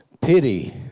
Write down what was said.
pity